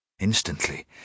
Instantly